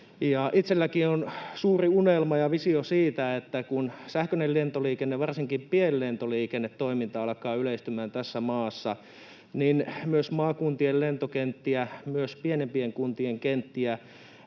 Itsellänikin on suuri unelma ja visio siitä, että kun sähköinen lentoliikenne, varsinkin pienlentoliikennetoiminta, alkaa yleistymään tässä maassa, niin myös maakuntien lentokenttiä, myös pienempien kuntien kenttiä,